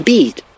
Beat